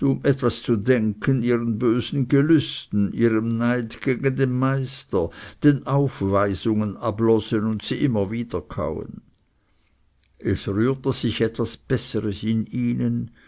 etwas zu denken ihren bösen gelüsten ihrem neid gegen den meister den aufweisungen ablosen und sie immer wiederkauen es rührte sich etwas besseres in ihnen